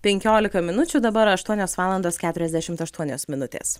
penkiolika minučių dabar aštuonios valandos keturiasdešimt aštuonios minutės